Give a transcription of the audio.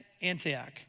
Antioch